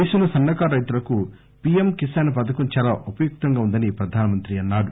దేశంలో సన్నకారు రైతులకు పిఎమ్ కిసాన్ పథకం చాలా ఉపయుక్తంగా ఉందని ప్రధానమంత్రి అన్నారు